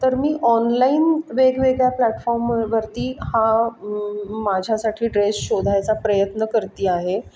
तर मी ऑनलाईन वेगवेगळ्या प्लॅटफॉमवरती हा माझ्यासाठी ड्रेस शोधायचा प्रयत्न करते आहे